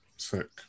Sick